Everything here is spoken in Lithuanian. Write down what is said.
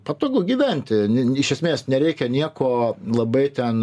patogu gyventi iš esmės nereikia nieko labai ten